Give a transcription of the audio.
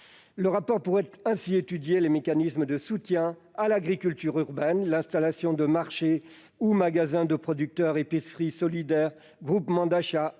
Le rapport pourrait ainsi étudier les mécanismes de soutien à l'agriculture urbaine, l'installation de marchés ou de magasins de producteurs, d'épiceries solidaires, de groupements d'achat,